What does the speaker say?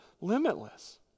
limitless